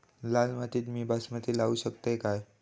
लाल मातीत मी बासमती लावू शकतय काय?